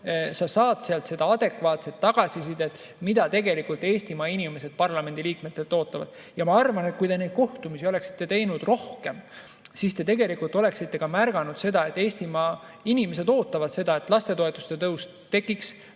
saad sealt adekvaatset tagasisidet [selle kohta], mida tegelikult Eestimaa inimesed parlamendi liikmetelt ootavad. Ja ma arvan, et kui te neid kohtumisi oleksite teinud rohkem, siis te oleksite ka märganud, et Eestimaa inimesed ootavad seda, et lapsetoetuste tõus tuleks